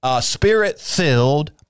spirit-filled